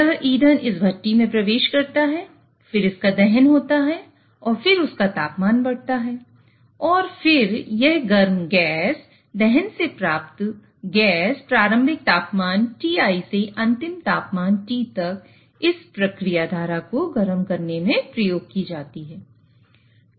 यह ईंधन इस भट्टी में प्रवेश करता है फिर इसका दहन होता है और फिर उसका तापमान बढ़ता है और फिर यह गर्म गैस दहन से प्राप्त गैस प्रारंभिक तापमान Ti से अंतिम तापमानT तक इस प्रक्रिया धारा को गर्म करने के लिए प्रयोग की जाती है